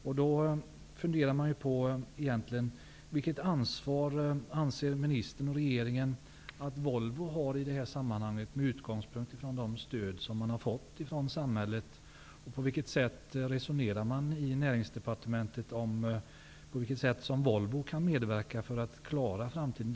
Jag funderar på vilket ansvar ministern och regeringen anser att Volvo har i detta sammanhang, med utgångspunkt i de stöd som Volvo har fått från samhället. På vilket sätt resonerar man i Näringsdepartementet om hur Volvo kan medverka för att klara framtiden?